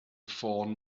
ffôn